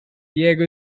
diego